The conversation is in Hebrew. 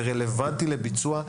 זה רלוונטי לביצוע.